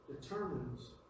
determines